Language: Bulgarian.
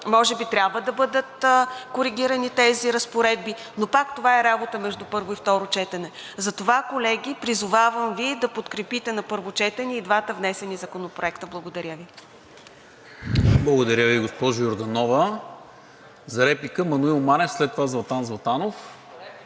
може би трябва да бъдат коригирани тези разпоредби, но пак това е работа между първо и второ четене. Затова, колеги, призовавам Ви да подкрепите на първо четене и двата внесени законопроекта. Благодаря Ви. ПРЕДСЕДАТЕЛ НИКОЛА МИНЧЕВ: Благодаря Ви, госпожо Йорданова. За реплика Маноил Манев, след това Златан Златанов